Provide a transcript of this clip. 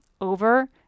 over